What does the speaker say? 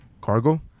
Cargo